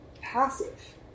passive